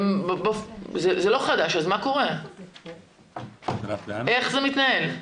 זה לא חדש, איך זה מתנהל?